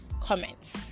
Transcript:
comments